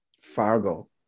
Fargo